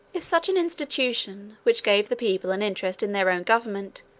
if such an institution, which gave the people an interest in their own government,